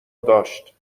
داشت